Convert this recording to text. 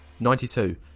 92